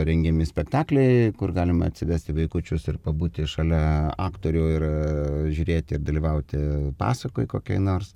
rengiami spektakliai kur galima atsivesti vaikučius ir pabūti šalia aktorių ir žiūrėti dalyvauti pasakoj kokioj nors